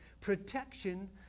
protection